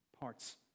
parts